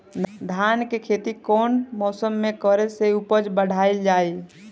धान के खेती कौन मौसम में करे से उपज बढ़ाईल जाई?